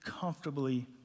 comfortably